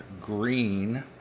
Green